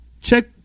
check